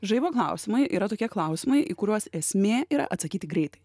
žaibo klausimai yra tokie klausimai į kuriuos esmė yra atsakyti greitai